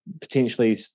potentially